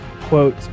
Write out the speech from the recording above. quote